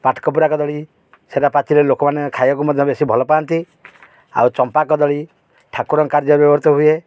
ପାଟକପୁରା କଦଳୀ ସେଟା ପାଚିଲେ ଲୋକମାନେ ଖାଇବାକୁ ମଧ୍ୟ ବେଶୀ ଭଲ ପାଆନ୍ତି ଆଉ ଚମ୍ପା କଦଳୀ ଠାକୁରଙ୍କ କାର୍ଯ୍ୟ ବ୍ୟବହୃତ ହୁଏ